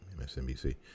MSNBC